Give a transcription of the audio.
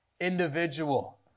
individual